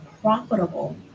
profitable